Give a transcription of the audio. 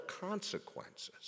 consequences